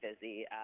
busy